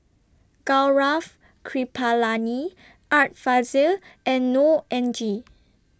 Gaurav Kripalani Art Fazil and Neo Anngee